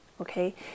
okay